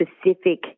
specific